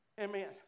Amen